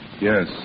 Yes